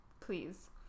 please